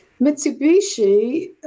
Mitsubishi